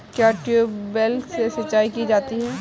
क्या ट्यूबवेल से सिंचाई की जाती है?